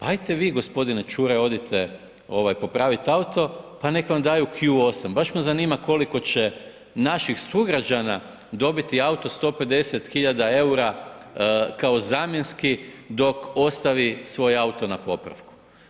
Ajte vi gospodine Čuraj odite popravit auto pa neka vam daju Q8 baš me zanima koliko će naših sugrađana dobiti auto 150.000 eura kao zamjenski dok ostavi svoj auto na popravku.